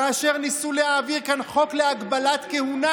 כאשר ניסו להעביר כאן חוק להגבלת כהונה,